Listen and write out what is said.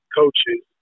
coaches